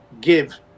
give